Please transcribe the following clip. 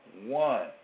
one